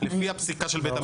לפי הפסיקה של בית המשפט.